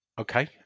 Okay